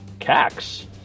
Cax